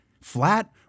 flat